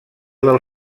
del